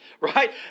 right